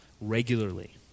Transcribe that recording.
regularly